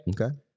Okay